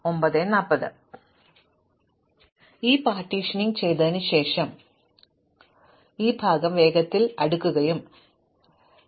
അതിനാൽ പൊതുവെ ഇപ്പോൾ ഓർക്കുക ഞങ്ങൾ ഈ പാർട്ടീഷനിംഗ് ചെയ്ത ശേഷം ഈ ഭാഗം വേഗത്തിൽ അടുക്കുകയും ഈ ഭാഗം വേഗത്തിൽ അടുക്കുകയും ചെയ്യേണ്ടതുണ്ട്